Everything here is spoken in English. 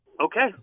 okay